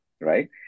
right